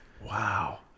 Wow